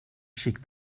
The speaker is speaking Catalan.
xic